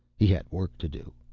he had work to do.